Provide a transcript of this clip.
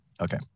Okay